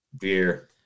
beer